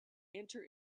enter